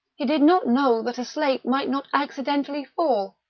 he did not know that a slate might not accidentally fall.